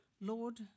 Lord